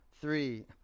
three